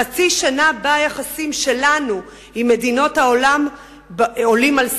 חצי שנה שבה היחסים שלנו עם מדינות העולם עולים על שרטון.